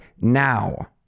now